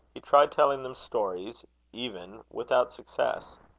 he tried telling them stories even, without success.